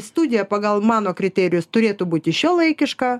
studija pagal mano kriterijus turėtų būti šiuolaikiška